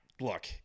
Look